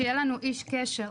שיהיה לנו איש קשר,